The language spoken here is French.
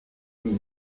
nous